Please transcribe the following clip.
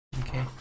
Okay